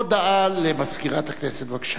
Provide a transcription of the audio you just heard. הודעה למזכירת הכנסת, בבקשה.